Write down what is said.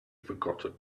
forgotten